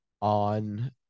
on